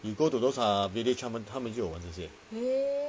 you go to those ah village 他们他们就有这些